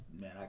man